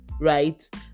right